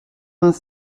vingt